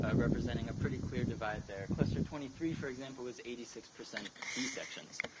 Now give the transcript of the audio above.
ah representing a pretty clear divide there. cluster twenty three, for example, is eighty six percent b sections.